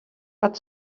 but